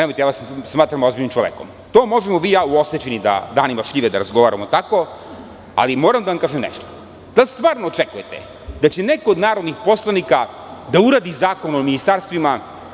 Evo, ja vas smatram ozbiljnim čovekom, to možemo vi i ja u Osečeni da Danima šljive razgovaramo tako, ali moram da vam kažem nešto, da li stvarno očekujete da će neko od narodnih poslanika da uradi Zakon o ministarstvima?